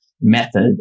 method